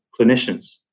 clinicians